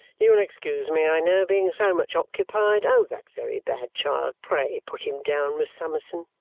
you will excuse me, i know, being so much occupied. oh, that very bad child! pray put him down, miss summerson!